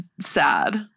sad